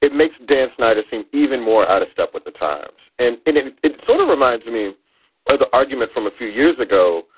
it makes dan snyder seem even more out of step with the times. and and it it sort of reminds me of the argument from a few years ago